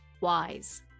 Wise